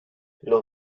los